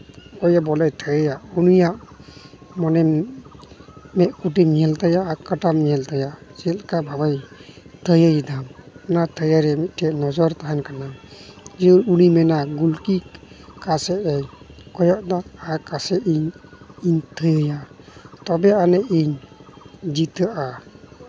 ᱚᱠᱚᱭ ᱵᱚᱞᱮ ᱛᱷᱤᱭᱟᱹᱭᱟ ᱩᱱᱤᱭᱟᱜ ᱢᱟᱱᱮ ᱢᱮᱫ ᱠᱩᱴᱤᱢ ᱧᱮᱞ ᱛᱟᱭᱟ ᱟᱨ ᱠᱟᱴᱟᱢ ᱧᱮᱞ ᱛᱟᱭᱟ ᱪᱮᱫ ᱞᱮᱠᱟ ᱵᱷᱟᱵᱮ ᱛᱷᱤᱭᱟᱹᱭᱮᱫᱟᱢ ᱚᱱᱟ ᱛᱷᱤᱭᱟᱹᱨᱮ ᱢᱤᱫᱴᱮᱱ ᱱᱚᱡᱚᱨ ᱛᱟᱦᱮᱱ ᱠᱟᱱᱟ ᱡᱮ ᱩᱱᱤ ᱢᱮᱱᱟᱭ ᱜᱩᱞ ᱠᱤᱠ ᱚᱠᱟ ᱥᱮᱫ ᱮ ᱠᱚᱭᱚᱜ ᱫᱟ ᱟᱨ ᱚᱠᱟᱥᱮᱫ ᱤᱧ ᱛᱷᱤᱭᱟᱹᱭᱟ ᱛᱚᱵᱮ ᱟᱹᱱᱤᱡ ᱤᱧ ᱡᱤᱛᱟᱹᱜᱼᱟ